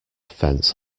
fence